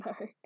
no